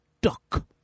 duck